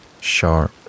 sharp